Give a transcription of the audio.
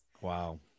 Wow